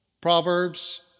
Proverbs